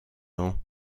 ans